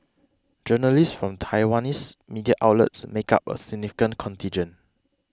journalists from Taiwanese media outlets make up a significant contingent